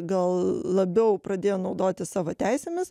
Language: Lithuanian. gal labiau pradėjo naudotis savo teisėmis